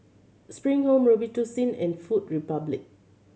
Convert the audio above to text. Spring Home Robitussin and Food Republic